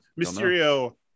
Mysterio